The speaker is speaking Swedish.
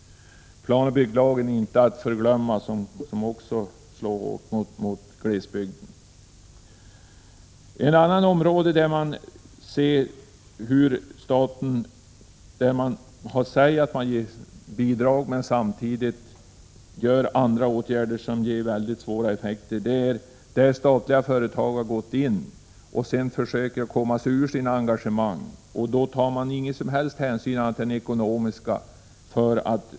Planoch bygglagen inte att förglömma — den slår också hårt mot glesbygden. Ett annat område där man ser att staten säger sig ge bidrag men samtidigt vidtar andra åtgärder som ger svåra effekter är där statliga företag har gått in och senare försökt ta sig ur sitt engagemang. Då tas det inga som helst andra hänsyn än ekonomiska.